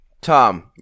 Tom